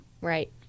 Right